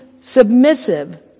submissive